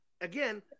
Again